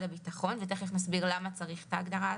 הביטחון," תיכף נסביר למה צריך את ההגדרה הזאת.